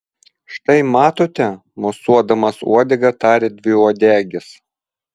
štai matote mosuodamas uodega tarė dviuodegis